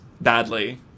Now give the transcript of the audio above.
badly